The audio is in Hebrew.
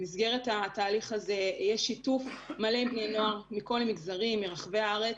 במסגרת התהליך הזה יש שיתוף מלא עם בני נוער מכל המגזרים ברחבי הארץ.